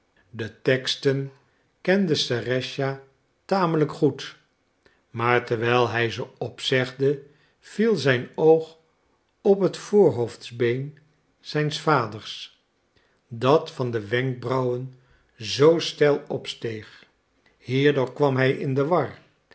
de teksten kende serëscha tamelijk goed maar terwijl hij ze opzegde viel zijn oog op het voorhoofdsbeen zijns vaders dat van de wenkbrauwen zoo steil opsteeg hierdoor kwam hij in de war